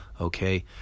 okay